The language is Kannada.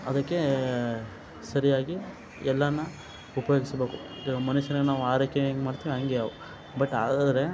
ಅದಕ್ಕೆ ಸರಿಯಾಗಿ ಎಲ್ಲಾನು ಉಪಯೋಗಿಸಬೇಕು ಈಗ ಮನುಷ್ಯನಿಗ್ ನಾವು ಆರೈಕೆ ಹೆಂಗೆ ಮಾಡ್ತೀವಿ ಹಂಗೇ ಅವು ಬಟ್ ಆದರೆ